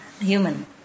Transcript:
human